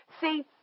see